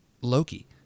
Loki